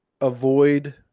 avoid